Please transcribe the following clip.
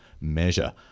measure